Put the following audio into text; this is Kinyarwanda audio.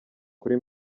kuri